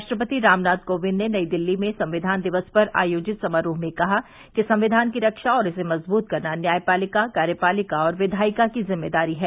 राष्ट्रपति रामनाथ कोविंद ने नई दिल्ली में संक्वान दिवस पर आयोजित समारोह में कहा कि संक्वान की रक्षा और इसे मजबूत करना न्यायपालिका कार्यपालिका और विघायिका की जिम्मेदारी है